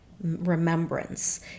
remembrance